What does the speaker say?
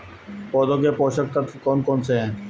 पौधों के पोषक तत्व कौन कौन से हैं?